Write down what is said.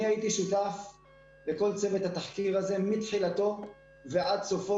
אני הייתי שותף לכל צוות התחקיר הזה מתחילתו ועד סופו,